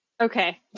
okay